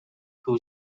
who